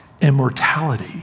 immortality